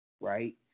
right